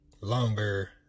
longer